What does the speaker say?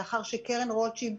לאחר שקרן רוטשילד,